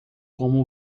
como